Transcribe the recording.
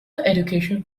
education